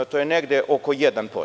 To je negde oko 1%